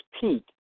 peak